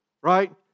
right